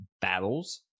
battles